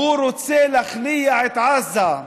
הוא רוצה להכניע את עזה.